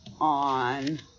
on